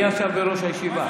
מי ישב בראש הישיבה?